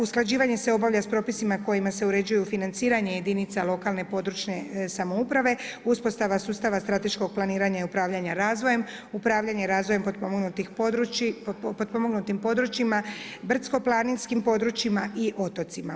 Usklađivanje se obavlja s propisima, kojima se uređuju financiranja jedinica lokalne, područne samouprave, uspostava sustava strateškog planiranja i upravljanje razvojem, upravljanje razvojem potpomognutih područjima, brdsko planinskim područjima i otocima.